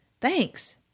thanks